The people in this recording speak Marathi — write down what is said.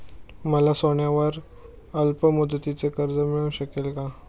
मला सोन्यावर अल्पमुदतीचे कर्ज मिळू शकेल का?